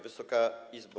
Wysoka Izbo!